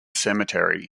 cemetery